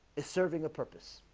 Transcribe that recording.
it's serving a purpose,